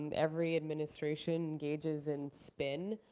and every administration engages in spin.